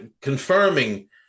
confirming